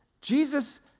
Jesus